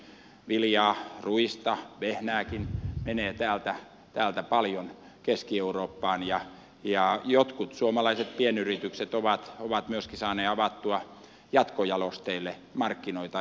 viljaa ruista vehnääkin menee täältä paljon keski eurooppaan ja jotkut suomalaiset pienyritykset ovat saaneet avattua myöskin jatkojalosteille markkinoita eurooppaan